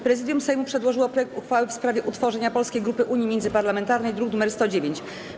Prezydium Sejmu przedłożyło projekt uchwały w sprawie utworzenia Polskiej Grupy Unii Międzyparlamentarnej, druk nr 109.